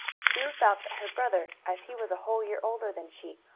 sue felt that her brother, as he was a whole year older than she,